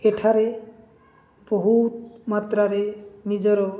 ଏଠାରେ ବହୁତ ମାତ୍ରାରେ ନିଜର